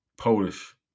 Polish